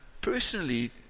personally